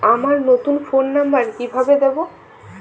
আমার নতুন phone number কিভাবে দিবো?